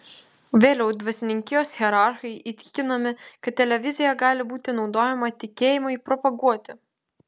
vėliau dvasininkijos hierarchai įtikinami kad televizija gali būti naudojama tikėjimui propaguoti